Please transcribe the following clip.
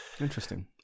Interesting